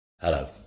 Hello